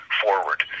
forward